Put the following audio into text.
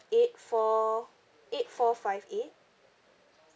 eight four eight four five eight